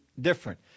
different